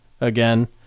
again